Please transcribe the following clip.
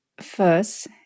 First